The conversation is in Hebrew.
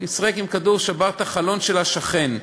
שיחק בכדור ושבר את החלון של השכן.